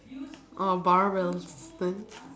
orh barbells then